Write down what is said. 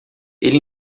ele